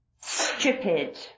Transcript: Stupid